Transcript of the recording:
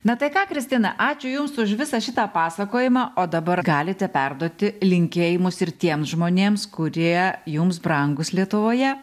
bet tai ką kristina ačiū jums už visą šitą pasakojimą o dabar galite perduoti linkėjimus ir tiems žmonėms kurie jums brangūs lietuvoje